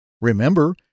Remember